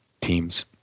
teams